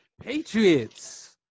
Patriots